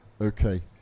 okay